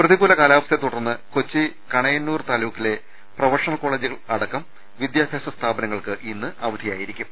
പ്രതികൂല കാലാവസ്ഥയെ തുടർന്ന് കൊച്ചി കണ യന്നൂർ താലൂക്കിലെ പ്രൊഫണഷൽ കോളജുകൾ അടക്കം വിദ്യാഭ്യാസ സ്ഥാപനങ്ങൾക്ക് ഇന്ന് അവധി യായിരിക്കും